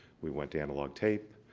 we went to analog tape,